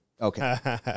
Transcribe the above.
Okay